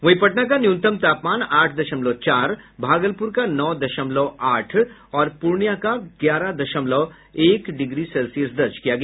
वहीं पटना का न्यूनतम तापमान आठ दशमलव चार भागलपुर का नौ दशमलव आठ और पूर्णियां का ग्यारह दशमलव एक डिग्री सेल्सियस दर्ज किया गया